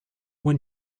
when